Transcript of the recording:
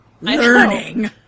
Learning